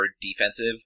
defensive